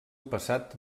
passat